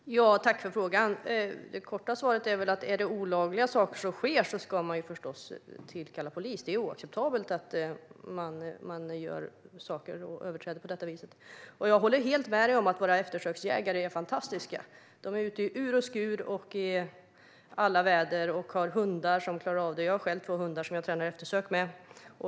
Fru talman! Tack för frågan! Det korta svaret är att om det är olagliga saker som sker ska man förstås tillkalla polis. Det är oacceptabelt att människor överträder bestämmelser och gör saker på detta vis. Jag håller helt med om att våra eftersöksjägare är fantastiska. De är ute i ur och skur och i alla väder, och de har hundar som klarar av detta. Jag har själv två hundar som jag tränar eftersök med.